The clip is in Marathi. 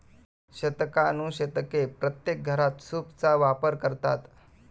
शतकानुशतके प्रत्येक घरात सूपचा वापर करतात